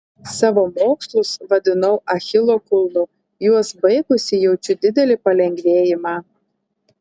savo mokslus vadinau achilo kulnu juos baigusi jaučiu didelį palengvėjimą